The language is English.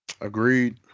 Agreed